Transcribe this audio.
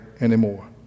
anymore